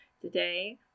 today